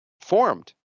formed